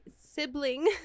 sibling